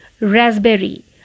Raspberry